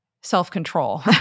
self-control